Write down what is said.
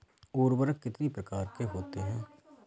उर्वरक कितनी प्रकार के होते हैं?